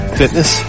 fitness